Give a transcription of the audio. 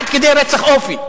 עד כדי רצח אופי,